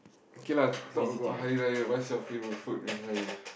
okay lah talk about Hari Raya what's your favourite food during Hari Raya